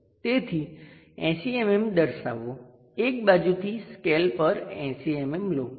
તેથી 80 mm દર્શાવો એક બાજુથી સ્કેલ પર 80 mm લો